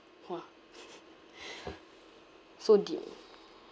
!wah! so deep